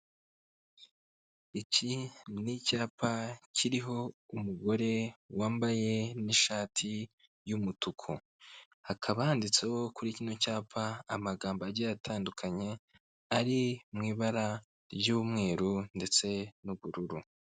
Iki ni icyapa kiriho umugore wambaye n'ishati y'umutuku, hakaba handitseho kuri kino cyapa amagambo agiye atandukanye ari mu ibara ry'umweru ndetse n'ubururu.